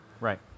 Right